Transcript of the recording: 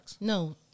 no